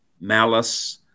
malice